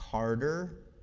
carter,